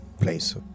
place